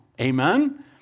amen